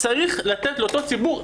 צריך לתת לאותו ציבור,